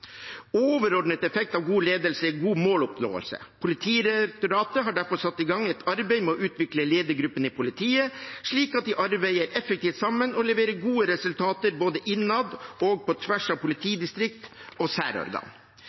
av god ledelse er god måloppnåelse. Politidirektoratet har derfor satt i gang et arbeid med å utvikle ledergruppen i politiet, slik at de arbeider effektivt sammen og leverer gode resultater både innad og på tvers av politidistrikt og særorgan.